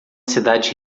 cidade